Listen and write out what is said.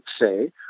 say